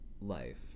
life